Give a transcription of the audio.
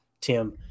Tim